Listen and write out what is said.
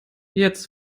jetzt